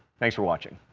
thanks for watching.